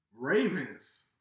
Ravens